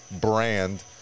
brand